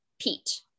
pete